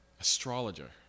astrologer